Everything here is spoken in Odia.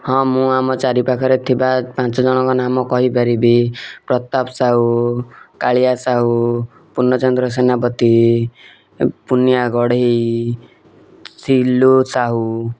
ହଁ ମୁଁ ଆମ ଚାରି ପାଖରେ ଥିବା ପାଞ୍ଚ ଜଣଙ୍କ ନାମ କହିପାରିବି ପ୍ରତାପ ସାହୁ କାଳିଆ ସାହୁ ପୂର୍ଣ୍ଣଚନ୍ଦ୍ର ସେନାପତି ପୁନିଆ ଗଢ଼େଇ ସିଲୁ ସାହୁ